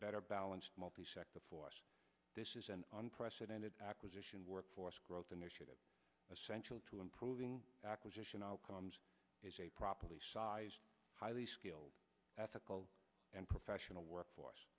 better balance multi sector for us this is an unprecedented acquisition workforce growth initiative essential to improving acquisition outcomes is a properly sized highly skilled ethical and professional workforce